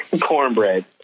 cornbread